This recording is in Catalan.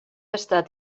estat